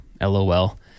LOL